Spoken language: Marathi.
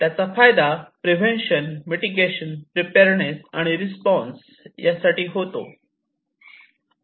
त्याचा फायदा प्रिव्हेन्शन मिटिगेशन प्रिपेअरनेस आणि रिस्पॉन्स यासाठी होतो